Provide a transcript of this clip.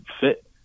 fit